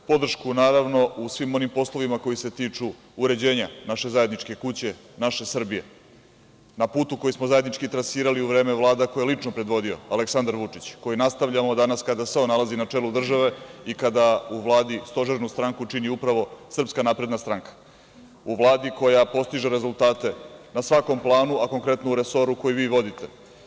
Podršku u svim onim poslovima koji se tiču uređenja naše zajedničke kuće, naše Srbije, na putu koji smo zajednički trasirali u vreme vlada koje je lično predvodio Aleksandar Vučić, koje nastavljamo danas kada se on nalazi na čelu države i kada u Vladi stožernu stranku čini upravo Srpska napredna stranka, u Vladi koja postiže rezultate na svakom planu, a konkretno u resoru koji vi vodite.